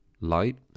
light